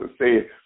say